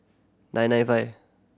nine nine five